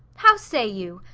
how say you?